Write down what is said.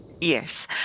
Yes